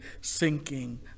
sinking